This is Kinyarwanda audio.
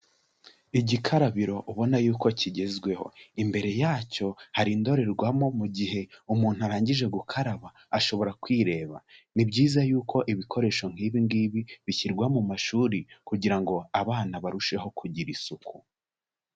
Igikarabiro ubona yuko kigezweho, imbere yacyo hari indorerwamo mu gihe umuntu arangije gukaraba ashobora kwireba. Ni byiza yuko ibikoresho nk'ibi ngibi bishyirwa mu mashuri kugira ngo abana barusheho kugira isuku.